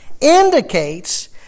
indicates